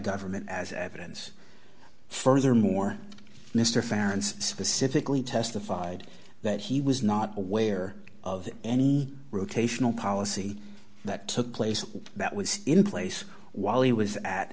government as evidence furthermore mr founds specifically testified that he was not aware of any rotational policy that took place that was in place while he was at